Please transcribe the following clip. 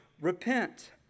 repent